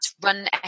run